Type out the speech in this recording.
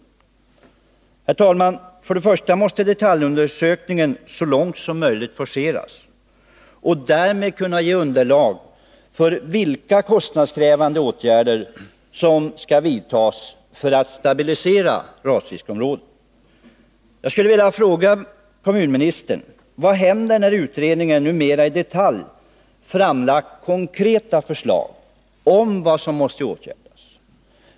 Jag vill framhålla, herr talman, att det är viktigt att detaljundersökningen så långt som möjligt forceras, så att man därmed får ett underlag för att bedöma vilka kostnadskrävande åtgärder som måste vidtas för att rasriskområdet skall stabiliseras. Jag skulle i det sammanhanget vilja fråga kommunministern: Vad händer när utredningen mera i detalj framlagt konkreta förslag om vad som måste åtgärdas?